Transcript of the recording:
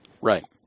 Right